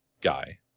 guy